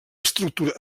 estructura